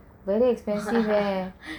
very expensive eh